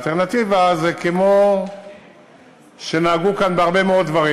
האלטרנטיבה היא כמו שנהגו כאן בהרבה מאוד דברים,